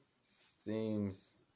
seems